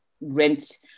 rent